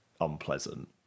unpleasant